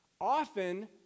Often